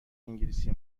انگلیسی